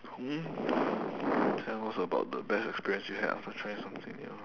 mm tell us about the best experience you had after trying something new